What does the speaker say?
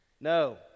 No